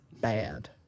bad